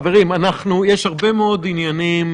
חברים, יש הרבה מאוד עניינים